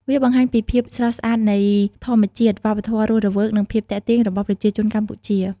វាបង្ហាញពីភាពស្រស់ស្អាតនៃធម្មជាតិ វប្បធម៌រស់រវើក និងភាពរាក់ទាក់របស់ប្រជាជនកម្ពុជា។